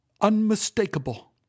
Unmistakable